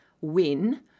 win